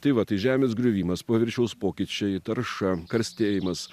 tai va tai žemės griovimas paviršiaus pokyčiai tarša karstėjimas